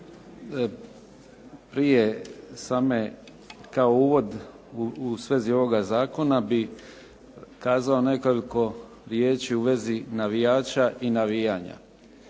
prije same kao uvod u svezi ovoga zakona bi kazao nekoliko riječi u vezi navijača i navijanja